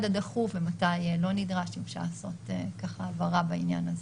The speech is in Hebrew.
הדחוף ומתי לא נדרש אם אפשר בבקשה לעשות הבהרה בעניין הזה.